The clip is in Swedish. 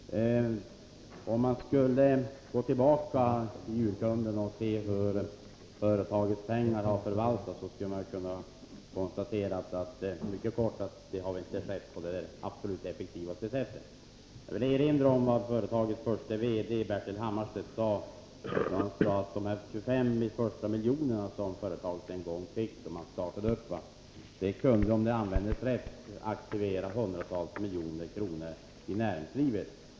Herr talman! Till sist mycket kort: Om man skulle gå tillbaka i urkunderna och se hur företagets pengar har förvaltats, skulle man nog kunna konstatera att det inte har skett på det absolut effektivaste sättet. Jag vill erinra om vad företagets förste VD, Bertil Hammarstedt, sade om de 25 första miljonerna som företaget en gång fick då det startade: De kunde, om de användes rätt, ha aktiverat hundratals miljoner i näringslivet.